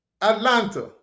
Atlanta